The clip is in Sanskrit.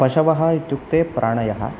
पशवः इत्युक्ते प्राणयः